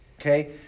Okay